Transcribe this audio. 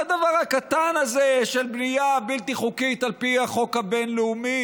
על הדבר הקטן הזה של בנייה בלתי חוקית על פי החוק הבין-לאומי,